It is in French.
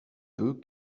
peu